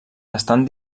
estan